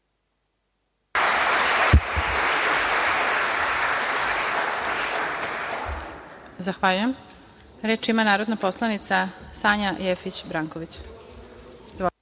Zahvaljujem. Reč ima narodna poslanica Sanja Jefić Branković. Izvolite.